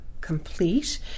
complete